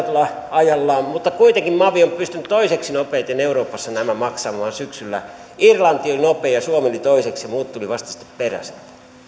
tulla ajallaan mutta kuitenkin mavi on pystynyt toiseksi nopeiten euroopassa nämä maksamaan syksyllä irlanti oli nopein ja suomi tuli toiseksi muut tulivat vasta sitten perässä